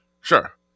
Sure